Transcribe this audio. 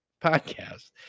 podcast